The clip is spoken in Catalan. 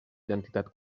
identitat